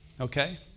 Okay